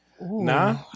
Nah